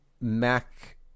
mac